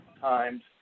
times